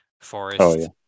forest